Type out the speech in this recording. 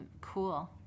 Cool